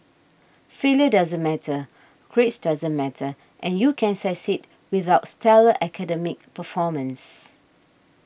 failure doesn't matter grades doesn't matter and you can succeed without stellar academic performance